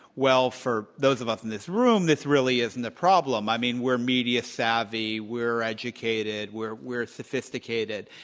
well, for those of us in this room, this really isn't a problem. i mean, we're media savvy. we're educated. we're we're sophisticated.